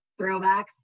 throwbacks